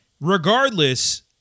regardless